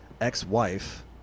ex-wife